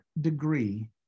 degree